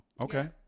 Okay